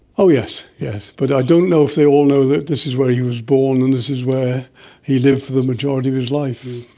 oh yes, yes, but i don't know if they all know that this is where he was born and this is where he lived for the majority of his life.